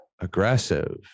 aggressive